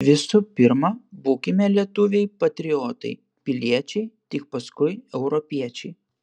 visų pirma būkime lietuviai patriotai piliečiai tik paskui europiečiai